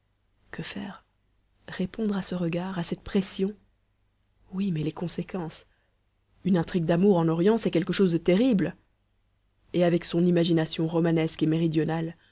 que faire répondre à ce regard à cette pression oui mais les conséquences une intrigue d'amour en orient c'est page quelque chose de terrible et avec son imagination romanesque et méridionale